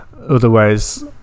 otherwise